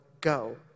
go